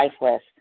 lifeless